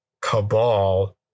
cabal